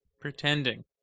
pretending